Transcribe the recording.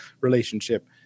relationship